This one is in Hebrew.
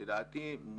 לדעתי,